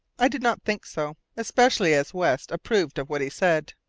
i did not think so, especially as west approved of what he said.